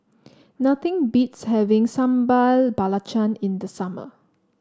nothing beats having Sambal Belacan in the summer